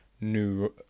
new